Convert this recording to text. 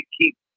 keep